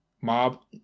Mob